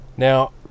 Now